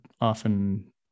often